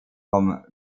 vom